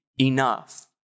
enough